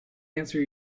answer